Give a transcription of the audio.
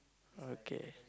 okay